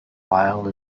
while